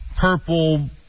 purple